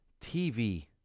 TV